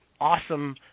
awesome